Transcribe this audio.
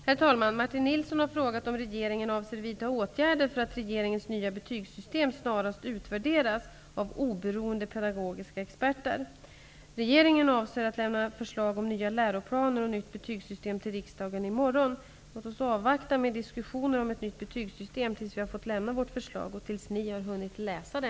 Herr talman! Martin Nilsson har frågat om regeringen avser vidta åtgärder så att regeringens nya betygssystem snarast utvärderas av oberoende pedagogiska experter. Regeringen avser att lämna förslag om nya läroplaner och nytt betygssystem till riksdagen i morgon. Låt oss avvakta med diskussioner om ett nytt betygssystem tills vi har fått lämna vårt förslag och tills ni har hunnit läsa det.